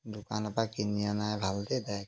দোকানৰ পৰা কিনি আনাই ভাল দে